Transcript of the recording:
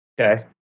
Okay